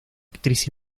actriz